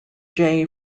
jay